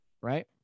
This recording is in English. right